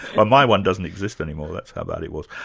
but my one doesn't exist any more that's how bad it was.